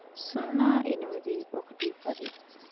సున్నా ఎనిమిది ఒకటి పది